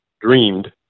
dreamed